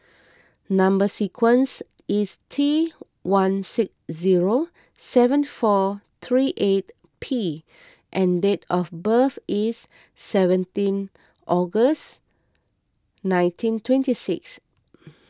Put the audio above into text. Number Sequence is T one six zero seven four three eight P and date of birth is seventeen August nineteen twenty six